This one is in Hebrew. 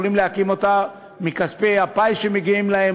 יכולים להקים אותה מכספי הפיס שמגיעים להן,